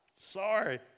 sorry